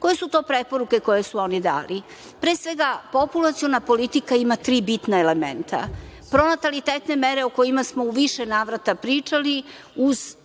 su to preporuke koje su oni dali? Pre svega, populaciona politika ima tri bitna elementa. Pronatalitetne mere o kojima smo u više navrata pričali,